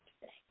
today